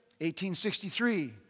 1863